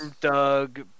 Doug